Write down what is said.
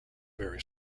very